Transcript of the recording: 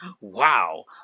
Wow